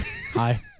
Hi